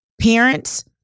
parents